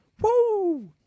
Woo